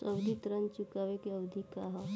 सावधि ऋण चुकावे के अवधि का ह?